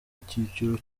icyiciro